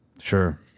Sure